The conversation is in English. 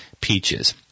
peaches